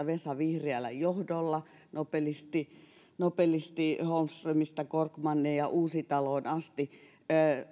vesa vihriälän johdolla nobelisti nobelisti holmströmistä korkmaniin ja uusitaloon asti